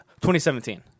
2017